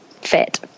fit